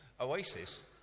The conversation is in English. Oasis